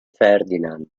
ferdinand